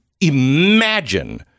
imagine